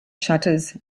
shutters